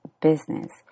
business